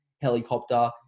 helicopter